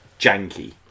janky